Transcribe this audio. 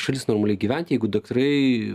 šalis normaliai gyventi jeigu daktarai